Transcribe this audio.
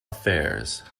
affairs